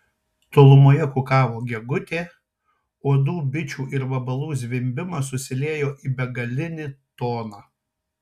tolumoje kukavo gegutė uodų bičių ir vabalų zvimbimas susiliejo į begalinį toną